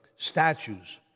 statues